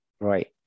Right